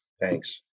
Thanks